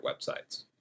websites